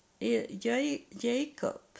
Jacob